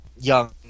young